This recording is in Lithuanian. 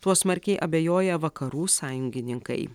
tuo smarkiai abejoja vakarų sąjungininkai